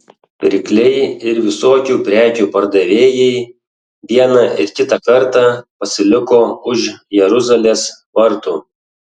pirkliai ir visokių prekių pardavėjai vieną ir kitą kartą pasiliko už jeruzalės vartų